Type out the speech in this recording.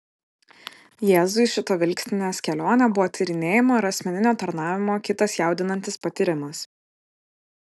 jėzui šita vilkstinės kelionė buvo tyrinėjimo ir asmeninio tarnavimo kitas jaudinantis patyrimas